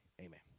Amen